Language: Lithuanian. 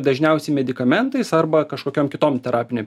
dažniausiai medikamentais arba kažkokiom kitom terapinėm